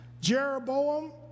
Jeroboam